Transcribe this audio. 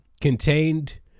Contained